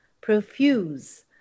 profuse